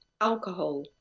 alcohol